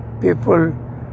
people